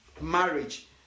marriage